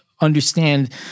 understand